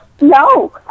No